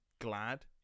glad